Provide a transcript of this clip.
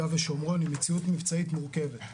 ושומרון היא מציאות מבצעית מורכבת.